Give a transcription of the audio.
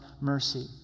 mercy